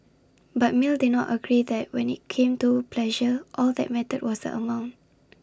but mill did not agree that when IT came to pleasure all that mattered was amount